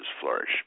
flourish